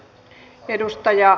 arvoisa puhemies